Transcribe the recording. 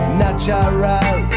natural